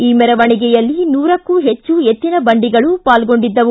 ಈ ಮೆರವಣಿಗೆಯಲ್ಲಿ ನೂರಕ್ಕೂ ಹೆಚ್ಚು ಎತ್ತಿನ ಬಂಡಿಗಳು ಪಾಲ್ಗೊಂಡಿದ್ದವು